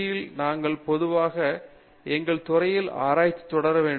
யில் நாங்கள் பொதுவாக எங்கள் துறையிலும் ஆராய்ச்சி தொடர வேண்டும்